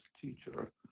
teacher